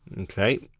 okay,